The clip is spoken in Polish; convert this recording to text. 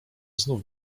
znów